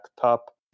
top